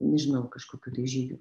nežinau kažkokių žygių